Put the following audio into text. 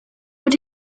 what